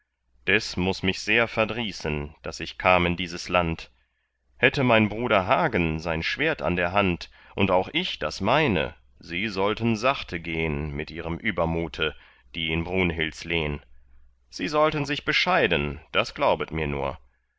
des muß mich sehr verdrießen daß ich kam in dieses land hätte mein bruder hagen sein schwert an der hand und auch ich das meine sie sollten sachte gehn mit ihrem übermute die in brunhildens lehn sie sollten sich bescheiden das glaubet mir nur